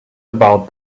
about